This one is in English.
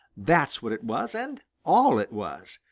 that's what it was, and all it was.